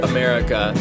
America